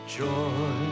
joy